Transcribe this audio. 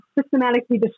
systematically